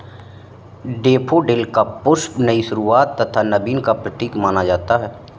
daffodil का पुष्प नई शुरुआत तथा नवीन का प्रतीक माना जाता है